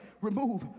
remove